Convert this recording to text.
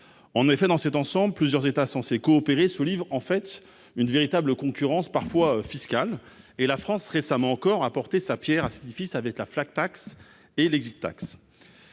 en effet, dans cet ensemble plusieurs États censés coopérer se livrent en fait une véritable concurrence parfois fiscale et la France, récemment encore apporter sa Pierre à signifie fils avec la flaque taxe et l'exit tax